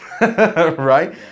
Right